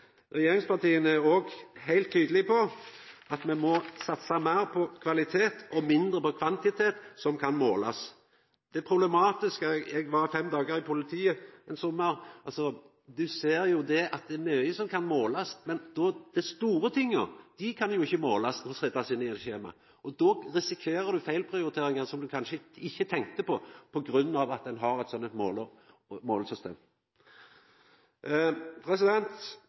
Regjeringspartia er òg heilt tydelege på at me må satsa meir på kvalitet og mindre på kvantitet som kan målast. Eg var fem dagar i politiet ein sommar, og det problematiske er at ein ser jo at det er mykje som kan målast, men dei store tinga kan ikkje målast og setjast inn i eit skjema. Då risikerer ein feilprioriteringar som ein kanskje ikkje tenkte på, på grunn av at ein har eit sånt målesystem. Dette skal me altså jobba for å ta vekk, og